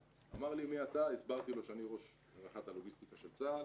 אמר לי 'מי אתה' הסברתי לו שאני רח"ט הלוגיסטיקה של צה"ל,